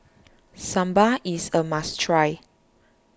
Sambal is a must try